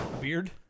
beard